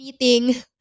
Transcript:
Meeting